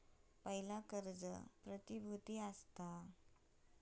पयला कर्ज प्रतिभुती असता